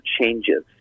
changes